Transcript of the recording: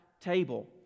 table